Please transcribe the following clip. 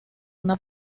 una